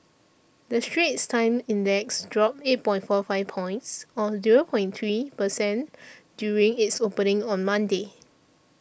the Straits Times Index dropped eight point four five points or zero point three per cent during its opening on Monday